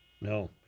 No